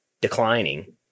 declining